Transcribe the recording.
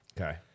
Okay